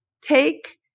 take